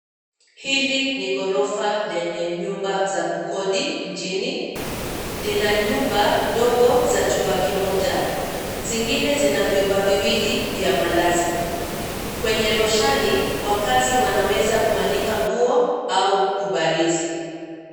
Hili ni gorofa lenye nyumba za kukodi mjini. Lina nyumba ndogo za chupa kimoja, zingine zina vyumba viwili Vya malazi. Kwenya roshani wakaazi wanaweza kuanika nguo au kubarizi.